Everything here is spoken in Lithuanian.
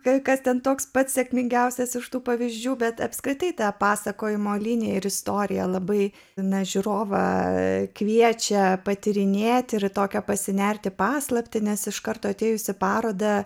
kai kad ten toks pats sėkmingiausias iš tų pavyzdžių bet apskritai ta pasakojimo liniją ir istorija labai žiūrovą kviečia patyrinėti ir tokią pasinerti paslaptį nes iš karto atėjusi paroda